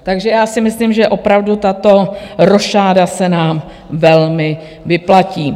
Takže já si myslím, že opravdu tato rošáda se nám velmi vyplatí.